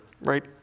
right